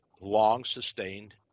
long-sustained